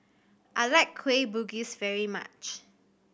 I like Kueh Bugis very much